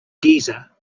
giza